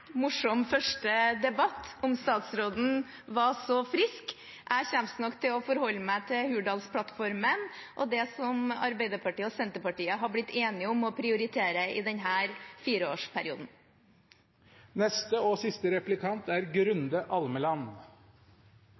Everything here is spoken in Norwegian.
morsom første debatt om statsråden var så frisk. Jeg kommer nok til å forholde meg til Hurdalsplattformen og det som Arbeiderpartiet og Senterpartiet har blitt enige om å prioritere i denne fireårsperioden.